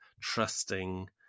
trusting